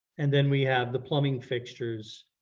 and then we have the plumbing fixtures,